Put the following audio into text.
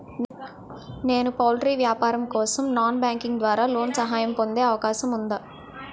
నేను పౌల్ట్రీ వ్యాపారం కోసం నాన్ బ్యాంకింగ్ ద్వారా లోన్ సహాయం పొందే అవకాశం ఉందా?